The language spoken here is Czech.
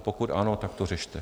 Pokud ano, tak to řešte.